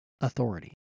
authority